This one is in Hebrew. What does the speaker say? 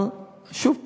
אבל, שוב הפעם,